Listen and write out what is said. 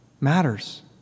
matters